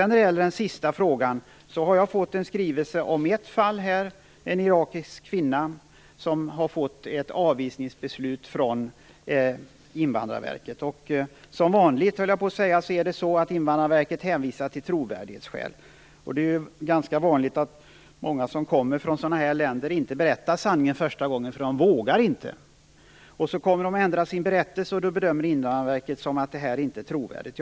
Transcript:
När det gäller den sista frågan har jag fått en skrivelse om ett fall, där en irakisk kvinna har fått ett avvisningsbeslut från Invandrarverket. Som vanligt, höll jag på att säga, hänvisar Invandrarverket till trovärdighetsskäl. Det är ganska vanligt att människor som kommer från sådana här länder inte berättar sanningen första gången. De vågar inte göra det. När de sedan ändrar sin berättelse bedömer Invandrarverket att den inte är trovärdig.